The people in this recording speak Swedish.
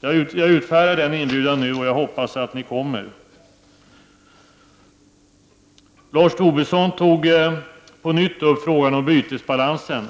Jag utfärdar nu denna inbjudan, och jag hoppas att ni hörsammar den. Lars Tobisson tog på nytt upp frågan om bytesbalansen.